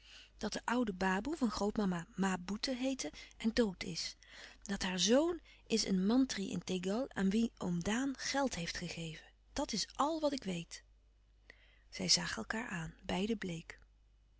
dat de oude baboe van grootmama ma boeten heette en dood is dat haar zoon is een mantri in tegal aan wien oom daan geld heeft gegeven dat is àl wat ik weet zij zagen elkaâr aan beiden bleek